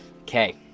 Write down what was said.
Okay